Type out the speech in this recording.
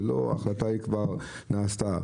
זה לא ההחלטה כבר נעשתה.